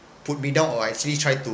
put me down or actually try to